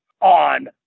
on